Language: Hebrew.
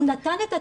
הוא נתן את התקציב,